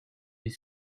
need